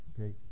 Okay